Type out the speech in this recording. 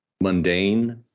mundane